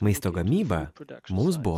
maisto gamyba mums buvo